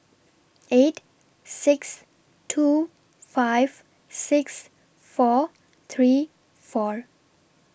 eight six two five six four three four